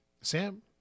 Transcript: Sam